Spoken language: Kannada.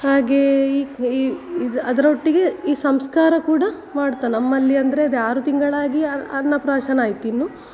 ಹಾಗೇ ಈ ಈ ಇದು ಅದ್ರ ಒಟ್ಟಿಗೆ ಈ ಸಂಸ್ಕಾರ ಕೂಡ ಮಾಡ್ತಾ ನಮ್ಮಲ್ಲಿ ಅಂದರೆ ಅದೇ ಆರು ತಿಂಗಳಾಗಿ ಅನ್ನಪ್ರಾಶನ ಆಯ್ತು ಇನ್ನು